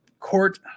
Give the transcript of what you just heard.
court